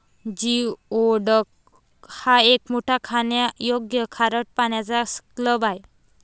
geoduck हा एक मोठा खाण्यायोग्य खारट पाण्याचा क्लॅम आहे